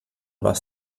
was